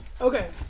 Okay